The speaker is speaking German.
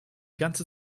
ganze